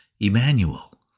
Emmanuel